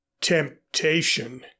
Temptation